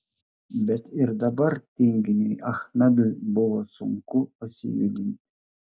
bet ir dabar tinginiui achmedui buvo sunku pasijudinti